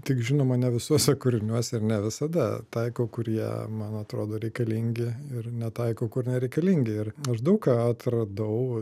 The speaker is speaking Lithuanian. tik žinoma ne visuose kūriniuose ir ne visada taikau kurie man atrodo reikalingi ir netaikau kur nereikalingi ir aš daug ką atradau